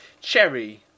cherry